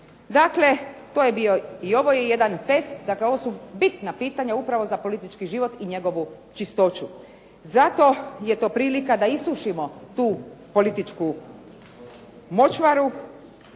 izvršenje. Ovo je jedan test, ovo su bitna pitanja upravo za politički život i za njegovu čistoću zato je to prilika da isušimo tu političku močvaru